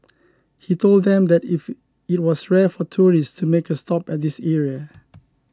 he told them that if it was rare for tourists to make a stop at this area